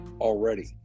already